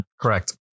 Correct